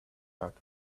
that